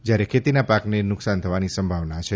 જયારે ખેતીના પાકને નુકસાન થવાની સંભાવના છે